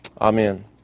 Amen